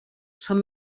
són